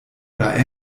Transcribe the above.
oder